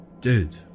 Dude